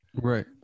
right